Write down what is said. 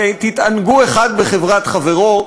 תתענגו אחד בחברת חברו.